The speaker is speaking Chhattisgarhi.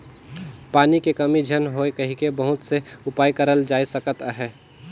पानी के कमी झन होए कहिके बहुत से उपाय करल जाए सकत अहे